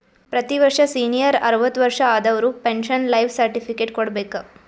ಪ್ರತಿ ವರ್ಷ ಸೀನಿಯರ್ ಅರ್ವತ್ ವರ್ಷಾ ಆದವರು ಪೆನ್ಶನ್ ಲೈಫ್ ಸರ್ಟಿಫಿಕೇಟ್ ಕೊಡ್ಬೇಕ